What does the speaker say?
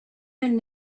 been